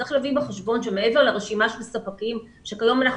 צריך להביא בחשבון שמעבר לרשימה של ספקים שכיום אנחנו